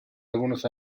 algunos